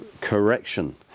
correction